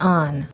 on